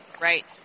right